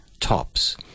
tops